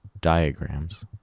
diagrams